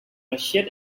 russian